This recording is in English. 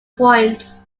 points